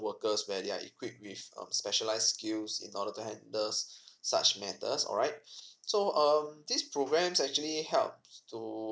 workers where they are equipped with um specialized skills in order to handle such matters alright so um this programs actually help to